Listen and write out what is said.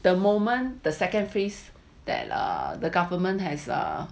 the moment the second phase that err the government has err